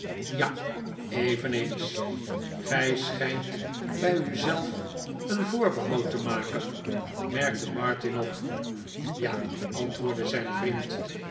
ja eveneens gij schijnt bij u zelf een voorbehoud temaken merkte martin op ja antwoordde zijn vriend